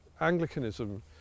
Anglicanism